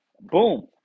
boom